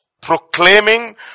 proclaiming